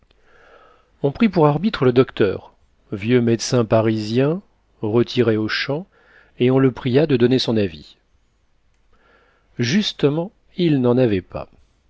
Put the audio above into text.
on prit pour arbitre le docteur vieux médecin parisien retiré aux champs et on le pria de donner son avis justement il n'en avait pas